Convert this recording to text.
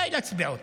די לצביעות.